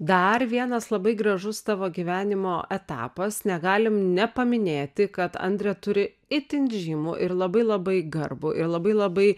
dar vienas labai gražus tavo gyvenimo etapas negalim nepaminėti kad andrė turi itin žymų ir labai labai garbų ir labai labai